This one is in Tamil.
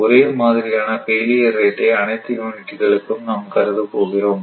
ஒரே மாதிரியான ஃபெயிலியர் ரேட்டை அனைத்து யூனிட்களுக்கும் நாம் கருதப் போகிறோம்